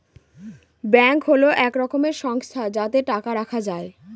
bank হল এক রকমের সংস্থা যাতে টাকা রাখা যায়